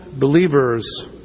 believers